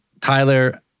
Tyler